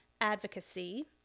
advocacy